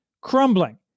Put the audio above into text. crumbling